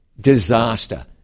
disaster